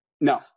No